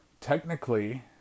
Technically